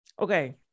Okay